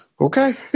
Okay